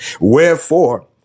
Wherefore